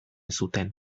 zuten